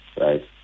right